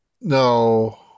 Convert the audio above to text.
No